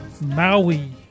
Maui